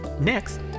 Next